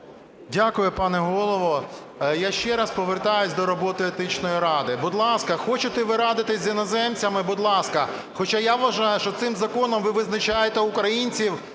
Дякую, пане Голово. Я ще раз повертаюсь до роботи Етичної ради. Будь ласка, хочете ви радитись з іноземцями, будь ласка. Хоча я вважаю, що цим законом ви визначаєте українців